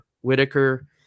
Whitaker